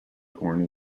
corn